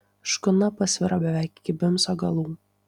škuna pasviro beveik iki bimso galų